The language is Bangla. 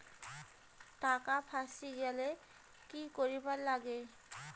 টাকা ফাঁসি গেলে কি করিবার লাগে?